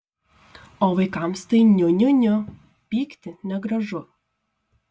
o vaikams tai niu niu niu pykti negražu